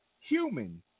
human